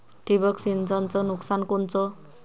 ठिबक सिंचनचं नुकसान कोनचं?